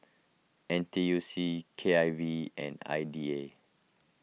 N T U C K I V and I D A